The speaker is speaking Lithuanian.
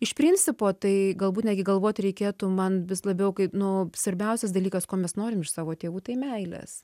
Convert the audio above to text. iš principo tai galbūt netgi galvot reikėtų man vis labiau kai nu svarbiausias dalykas ko mes norim iš savo tėvų tai meilės